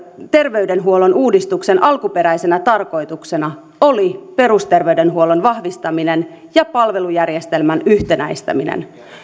terveydenhuollon uudistuksen alkuperäisenä tarkoituksena oli perusterveydenhuollon vahvistaminen ja palvelujärjestelmän yhtenäistäminen